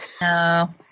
No